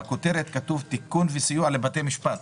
בכותרת כתוב תיקון וסיוע לבתי משפט.